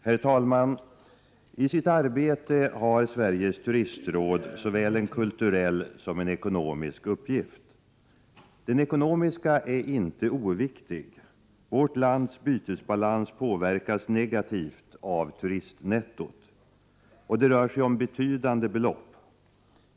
Herr talman! I sitt arbete har Sveriges turistråd såväl en kulturell som en ekonomisk uppgift. Den ekonomiska är inte oviktig. Vårt lands bytesbalans påverkas negativt av turistnettot. Det rör sig om betydande belopp.